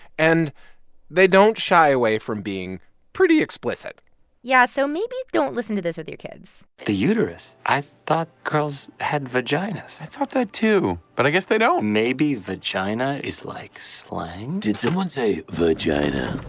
and they don't shy away from being pretty explicit yeah. so maybe don't listen to this with your kids the uterus? i thought girls had vaginas i thought that, too. but i guess they don't maybe vagina is, like, slang did someone say vagina?